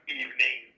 evening